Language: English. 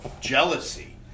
jealousy